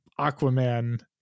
aquaman